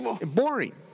Boring